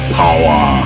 power